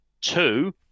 Two